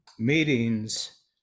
Meetings